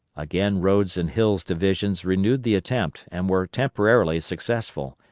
again rodes' and hill's divisions renewed the attempt and were temporarily successful,